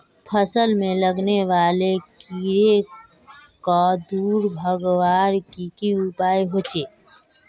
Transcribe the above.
फसल में लगने वाले कीड़ा क दूर भगवार की की उपाय होचे?